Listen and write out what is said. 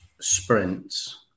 sprints